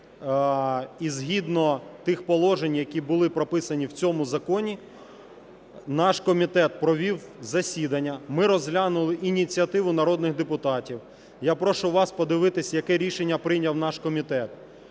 І згідно тих положень, які були прописані в цьому законі, наш комітет провів засідання, ми розглянули ініціативу народних депутатів. Я прошу вас подивитись, яке рішення прийняв наш комітет.